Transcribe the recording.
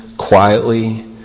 Quietly